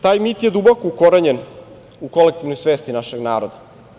Taj mit je duboko ukorenjen u kolektivnoj svesti našeg naroda.